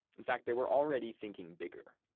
in fact, they were already thinking bigger.